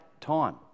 Time